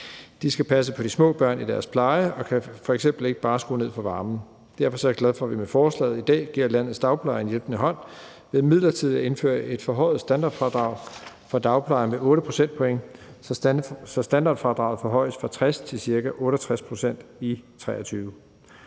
De skal passe på de små børn i deres pleje og kan f.eks. ikke bare skrue ned for varmen. Derfor er jeg glad for, at vi med forslaget i dag giver landets dagplejere en hjælpende hånd ved midlertidigt at indføre et forhøjet standardfradrag for dagplejere med 8 procentpoint, så standardfradraget forhøjes fra 60 pct. til ca. 68 pct. i 2023.